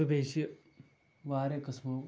تہٕ بیٚیہِ چھِ وایاہ قٕسمو